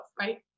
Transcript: right